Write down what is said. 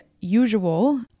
usual